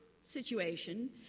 situation